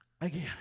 Again